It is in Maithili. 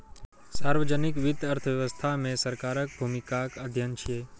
सार्वजनिक वित्त अर्थव्यवस्था मे सरकारक भूमिकाक अध्ययन छियै